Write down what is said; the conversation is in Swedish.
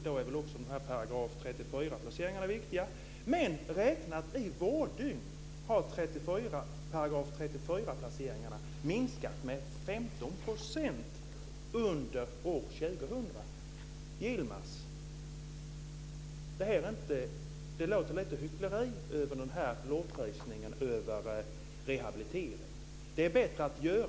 Då är väl också de här § 34 placeringarna viktiga. Men räknat i vårddygn har